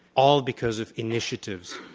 all because of initiatives.